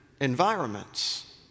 environments